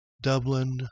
Dublin